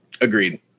Agreed